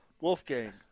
Wolfgang